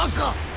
um ca